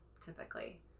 typically